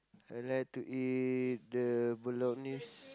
I like to eat the bolognese